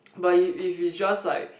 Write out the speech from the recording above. but if if is just like